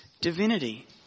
divinity